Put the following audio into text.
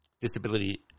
disability